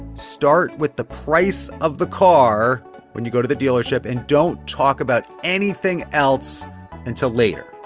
start with the price of the car when you go to the dealership and don't talk about anything else until later.